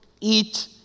Eat